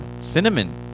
Cinnamon